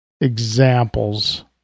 examples